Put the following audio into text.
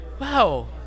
wow